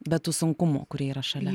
be tų sunkumų kurie yra šalia